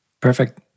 Perfect